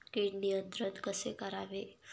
कीड नियंत्रण कसे करावे?